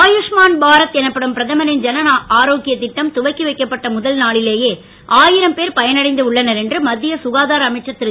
ஆயுஷ்மான் பாரத் எனப்படும் பிரதமரின் ஜனஆரோக்கிய இட்டம் துவக்கி வைக்கப்பட்ட முதல் நாளிலேயே ஆயிரம் பேர் பயனடைந்து உள்ளனர் என்று மத்திய க்காதார அமைச்சர் திரு